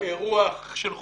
כל אירוח של חוץ-לארץ,